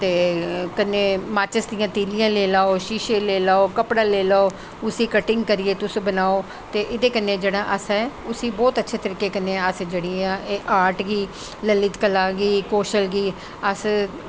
ते कन्नै माचस दियां तीलियां लेई लैओ शीसे लेई लैओ कपड़े लेई लैओ उस्सी कटिंग करियै तुस बनाओ ते एह्दे कन्नै उस्सी बौह्त अच्छे तरीके कन्नै इस आर्ट गी ललित कलाएं गी कोशल गी अस